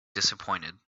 disappointed